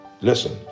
listen